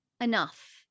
enough